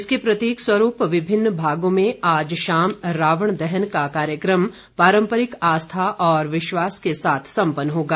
इसके प्रतीक स्वरूप विभिन्न भागों में आज शाम रावण दहन का कार्यक्रम पारम्परिक आस्था और विश्वास के साथ सम्पन्न होगा